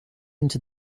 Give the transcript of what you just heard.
into